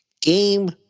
Game